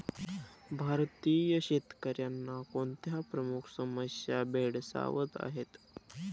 भारतीय शेतकऱ्यांना कोणत्या प्रमुख समस्या भेडसावत आहेत?